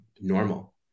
normal